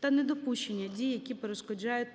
та недопущення дій, які перешкоджають